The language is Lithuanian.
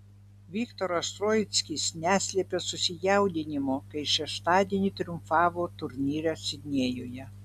viktoras troickis neslėpė susijaudinimo kai šeštadienį triumfavo turnyre sidnėjuje